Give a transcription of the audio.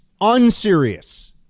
unserious